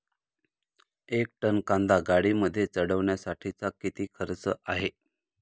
एक टन कांदा गाडीमध्ये चढवण्यासाठीचा किती खर्च आहे?